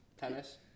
Tennis